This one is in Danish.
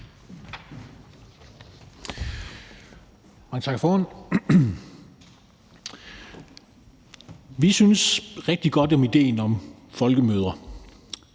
Vi synes rigtig godt om idéen om folkemøder